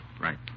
right